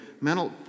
mental